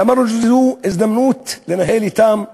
למה לא תיתנו הזדמנות לנהל אתם הידברות,